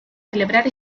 celebrar